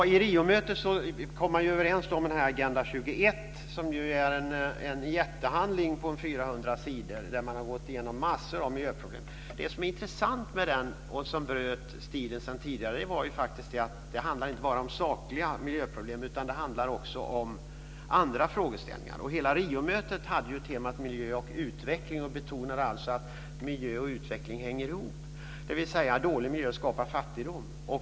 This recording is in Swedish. Vid Riomötet kom man överens om Agenda 21, som är en jättehandling på 400 sidor där man har gått igenom mängder av miljöproblem. Det som är intressant med den och som bröt stilen sedan tidigare var att den inte bara handlar om sakliga miljöproblem, utan den handlar också om andra frågeställningar. Hela Riomötet hade temat miljö och utveckling och betonade att miljö och utveckling hänger ihop. Dålig miljö skapar fattigdom.